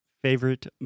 favorite